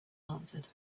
answered